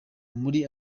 muri